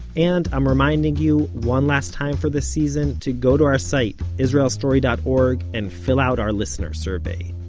and i'm reminding you, one last time for this season, to go to our site, israelstory dot org, and fill out our listener survey.